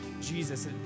Jesus